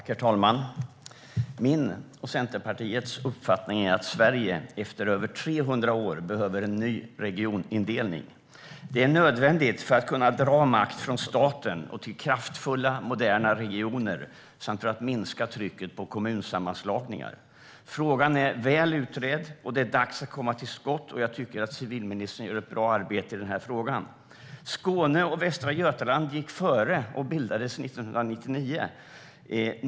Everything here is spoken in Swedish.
Herr talman! Min och Centerpartiets uppfattning är att Sverige efter över 300 år behöver en ny regionindelning. Det är nödvändigt för att kunna dra makt från staten till kraftfulla moderna regioner samt för att minska trycket på kommunsammanslagningar. Frågan är väl utredd, och det är dags att komma till skott. Jag tycker att civilministern gör ett bra arbete i frågan. Skåne och Västra Götaland gick före och regioner bildades 1999.